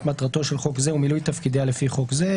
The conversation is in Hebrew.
מטרתו של חוק זה ומילוי תפקידיה לפי חוק זה.